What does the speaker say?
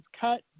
cut